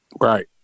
Right